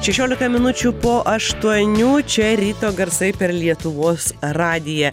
šešiolika minučių po aštuonių čia ryto garsai per lietuvos radiją